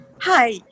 hi